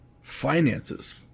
finances